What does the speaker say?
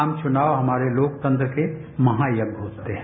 आम चुनाव हमारे लोकतंत्र के महायज्ञ होते है